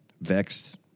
vexed